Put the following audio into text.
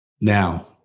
Now